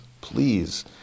Please